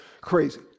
crazy